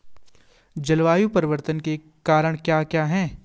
जलवायु परिवर्तन के कारण क्या क्या हैं?